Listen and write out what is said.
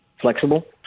flexible